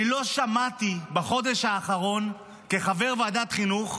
אני לא שמעתי בחודש האחרון, כחבר ועדת חינוך,